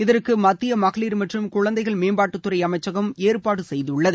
இதற்கு மத்திய மகளிர் மற்றும் குழந்தைகள் மேம்பாட்டுத்துறை அமைச்சகம் ஏற்பாடு செய்துள்ளது